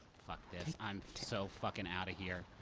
fuck this. i'm so fucking out of here.